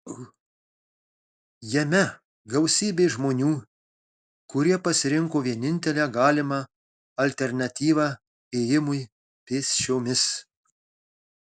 jame gausybė žmonių kurie pasirinko vienintelę galimą alternatyvą ėjimui pėsčiomis